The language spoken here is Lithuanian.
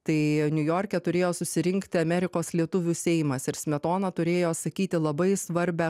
tai niujorke turėjo susirinkti amerikos lietuvių seimas ir smetona turėjo sakyti labai svarbią